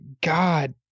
God